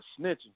snitching